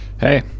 Hey